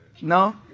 No